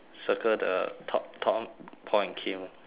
circle the top tom paul and kim